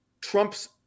Trump's